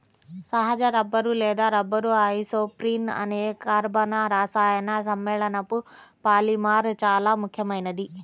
సహజ రబ్బరు లేదా rubber isoprene అనే కర్బన రసాయన సమ్మేళనపు పాలిమర్ చాలా ముఖ్యమైనది